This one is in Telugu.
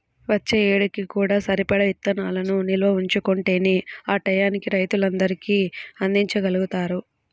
వచ్చే ఏడుకి కూడా సరిపడా ఇత్తనాలను నిల్వ ఉంచుకుంటేనే ఆ టైయ్యానికి రైతులందరికీ అందిచ్చగలుగుతారు